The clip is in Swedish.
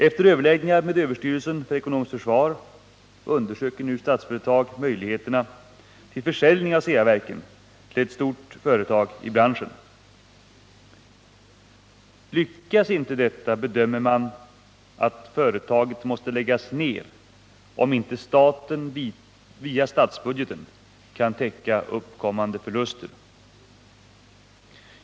Efter överläggningar med överstyrelsen för ekonomiskt försvar undersöker nu Statsföretag möjligheterna till försäljning av Ceaverken till ett stort företag i branschen. Lyckas inte detta bedömer man att företaget måste läggas ner om inte staten via statsbudgeten kan täcka uppkommande förluster.